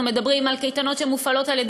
אנחנו מדברים על קייטנות שמופעלות על-ידי